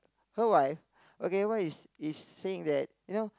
her wife okay what he's it's saying that you know